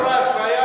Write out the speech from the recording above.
אם היה מפסיק לטפל,